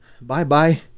bye-bye